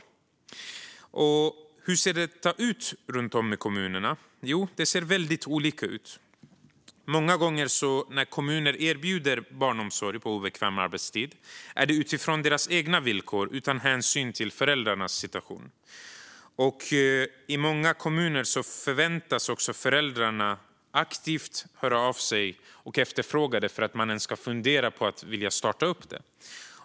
Hur ser det ut med barnomsorg på obekväm arbetstid runt om i kommunerna? Det ser väldigt olika ut. Många gånger när kommuner erbjuder barnomsorg på obekväm arbetstid sker det utifrån deras egna villkor utan hänsyn till föräldrarnas situation. I många kommuner förväntas också föräldrarna aktivt höra av sig och efterfråga sådan barnomsorg för att kommunen ens ska fundera på att starta upp sådan.